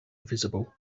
visible